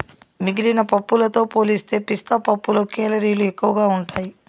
మిగిలిన పప్పులతో పోలిస్తే పిస్తా పప్పులో కేలరీలు ఎక్కువగా ఉంటాయి